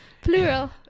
plural